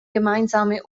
gemeinsame